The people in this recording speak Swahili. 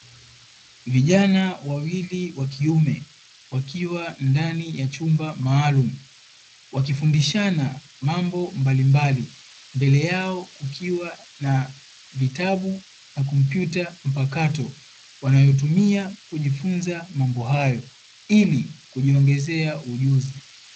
Vijana wawili wa kiume wakiwa ndani ya chumba maalumu wakifundishana mambo mbalimbali, mbele yao kukiwa na vitabu na kompyuta mpakato wanayotumia kujifunza mambo hayo ili kujiongezea ujuzi.